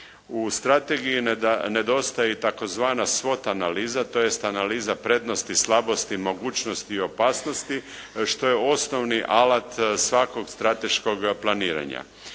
U strategiji nedostaje tzv. svot analiza, tj. analiza prednosti, slabosti, mogućnosti i opasnosti što je osnovni alat svakog strateškog planiranja.